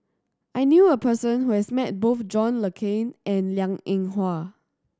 I knew a person who has met both John Le Cain and Liang Eng Hwa